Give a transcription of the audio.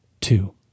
Two